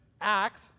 Acts